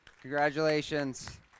Congratulations